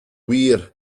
wir